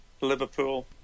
Liverpool